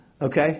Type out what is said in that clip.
Okay